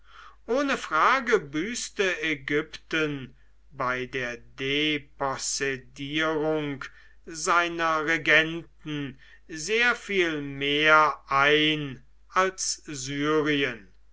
ohne frage büßte ägypten bei der depossedierung seiner regenten sehr viel mehr ein als syrien